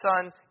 Son